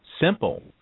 simple